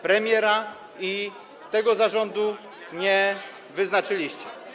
premiera i tego zarządu nie wyznaczyliście.